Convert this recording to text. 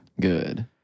Good